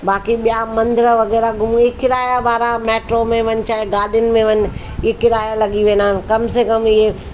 बाक़ी ॿिया मंदर वग़ैरह घुमी हीउ किराया भाड़ा मैट्रो में वञु चाहे गाॾियुनि में वञु हीउ किरया लॻी वेंदा आहिनि कम से कम इहे